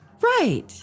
Right